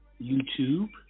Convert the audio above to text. YouTube